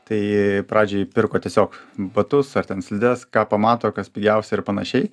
tai pradžiai pirko tiesiog batus ar ten slides ką pamato kas pigiausia ir panašiai